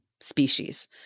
species